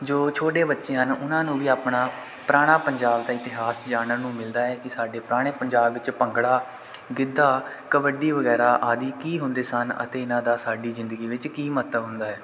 ਜੋ ਛੋਟੇ ਬੱਚੇ ਹਨ ਉਹਨਾਂ ਨੂੰ ਵੀ ਆਪਣਾ ਪੁਰਾਣਾ ਪੰਜਾਬ ਦਾ ਇਤਿਹਾਸ ਜਾਣਨ ਨੂੰ ਮਿਲਦਾ ਹੈ ਕਿ ਸਾਡੇ ਪੁਰਾਣੇ ਪੰਜਾਬ ਵਿੱਚ ਭੰਗੜਾ ਗਿੱਧਾ ਕਬੱਡੀ ਵਗੈਰਾ ਆਦਿ ਕੀ ਹੁੰਦੇ ਸਨ ਅਤੇ ਇਹਨਾਂ ਦਾ ਸਾਡੀ ਜ਼ਿੰਦਗੀ ਵਿੱਚ ਕੀ ਮਹੱਤਵ ਹੁੰਦਾ ਹੈ